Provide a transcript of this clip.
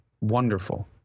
wonderful